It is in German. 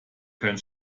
kein